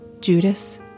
Judas